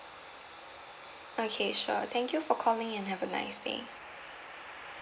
okay sure thank you for calling and have a nice day